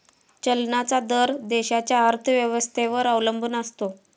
चलनाचा दर देशाच्या अर्थव्यवस्थेवर अवलंबून असतो